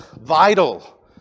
vital